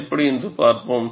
எப்படி என்று பார்ப்போம்